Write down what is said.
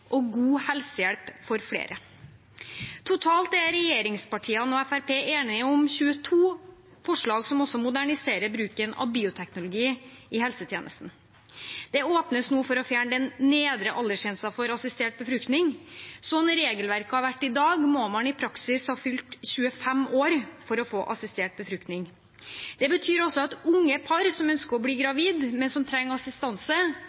og god helsehjelp for flere. Totalt er regjeringspartiene og Fremskrittspartiet enige om 22 forslag som også moderniserer bruken av bioteknologi i helsetjenesten. Det åpnes nå for å fjerne den nedre aldersgrensen for assistert befruktning. Slik regelverket har vært i dag, må man i praksis ha fylt 25 år for å få assistert befruktning. Det betyr at unge par som ønsker å bli gravide, men som trenger assistanse,